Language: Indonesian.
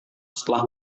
setelah